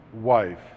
wife